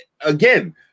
again